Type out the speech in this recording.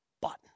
button